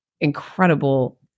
incredible